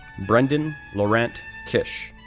brendan lorant kish,